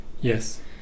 Yes